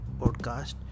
podcast